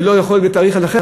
ולא יכול להיות בתאריך אחר.